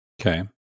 Okay